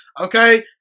Okay